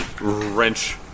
wrench